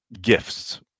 gifts